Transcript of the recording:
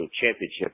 championship